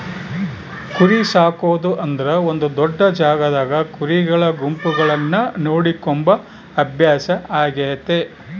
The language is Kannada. ಕುರಿಸಾಕೊದು ಅಂದ್ರ ಒಂದು ದೊಡ್ಡ ಜಾಗದಾಗ ಕುರಿಗಳ ಗುಂಪುಗಳನ್ನ ನೋಡಿಕೊಂಬ ಅಭ್ಯಾಸ ಆಗೆತೆ